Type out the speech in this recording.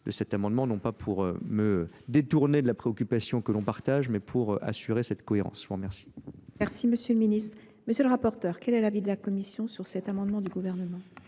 de cet amendement non pas pour me détourner de la préoccupation que l'on partage, mais pour assurer cette cohérence, je vous remercie. le ministre, M. le rapporteur, quel est l'avis de la commission sur cet amendement du Gouvernement?